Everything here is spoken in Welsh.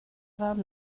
fan